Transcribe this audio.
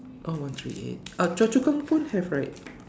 oh one three eight uh Choa-Chu-Kang pun have right